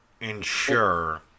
ensure